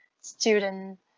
student